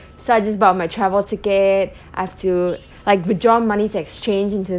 so I just bought my travel ticket I've to like withdraw money to exchange into